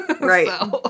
Right